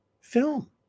film